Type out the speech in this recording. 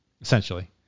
essentially